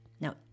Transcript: Now